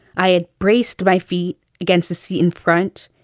i had braced my feet against the seat in front,